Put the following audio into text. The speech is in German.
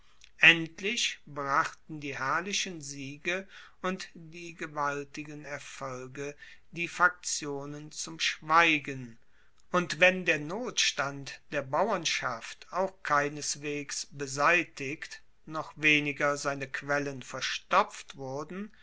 endlich brachten die herrlichen siege und die gewaltigen erfolge die faktionen zum schweigen und wenn der notstand der bauernschaft auch keineswegs beseitigt noch weniger seine quellen verstopft wurden